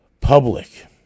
public